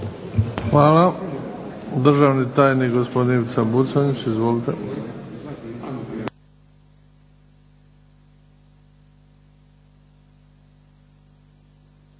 Hvala. Državni tajnik gospodin Ivica Buconjić. Izvolite.